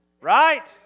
Right